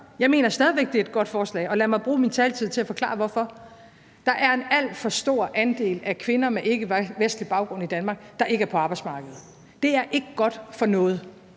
Jeg mener stadig væk, det er et godt forslag, og lad mig bruge min taletid til at forklare hvorfor. Der er en alt for stor andel af kvinder med ikkevestlig baggrund i Danmark, der ikke er på arbejdsmarkedet. Det er ikke godt for noget.